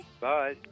Bye